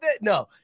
No